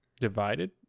divided